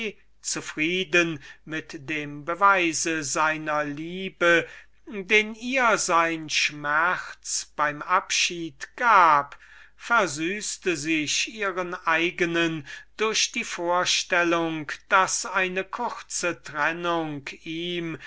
mit dem beweise zufrieden den ihr sein schmerz bei ihrem abschied von seiner liebe gab versüßte sich ihren eigenen durch die vorstellung daß die kurze trennung ihm